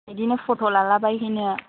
बिदिनो फट' लाला बायहैनो